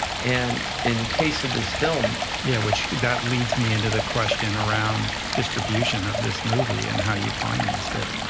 and in case of this film yeah, which that leads me into the question around distribution of this movie and how you financed it.